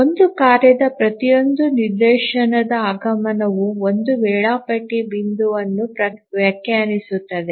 ಒಂದು ಕಾರ್ಯದ ಪ್ರತಿಯೊಂದು ನಿದರ್ಶನದ ಆಗಮನವು ಒಂದು ವೇಳಾಪಟ್ಟಿ ಬಿಂದುವನ್ನು ವ್ಯಾಖ್ಯಾನಿಸುತ್ತದೆ